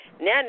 Now